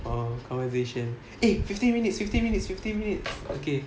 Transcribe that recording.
um conversation eh fifteen minutes fifteen minutes fifteen minutes okay